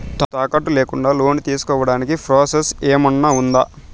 తాకట్టు లేకుండా లోను తీసుకోడానికి ప్రాసెస్ ఏమన్నా ఉందా?